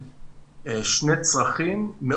הנושאים התקציבים האלה,